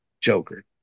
Joker